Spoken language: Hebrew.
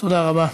תודה רבה.